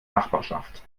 nachbarschaft